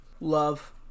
love